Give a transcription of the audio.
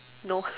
no